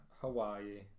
hawaii